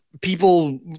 people